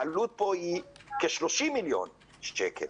העלות פה היא כ-30 מיליון שקלים.